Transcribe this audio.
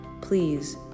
Please